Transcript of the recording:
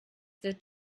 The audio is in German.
wird